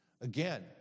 Again